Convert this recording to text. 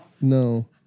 No